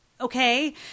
Okay